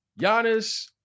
Giannis